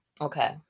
Okay